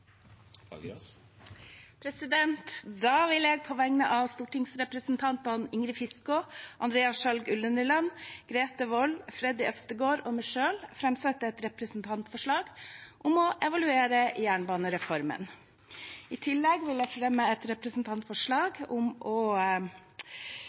representantforslag. Da vil jeg på vegne av stortingsrepresentantene Ingrid Fiskaa, Andreas Sjalg Unneland, Grete Wold, Freddy André Øvstegård og meg selv framsette et representantforslag om å evaluere jernbanereformen. I tillegg vil